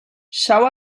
shall